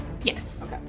Yes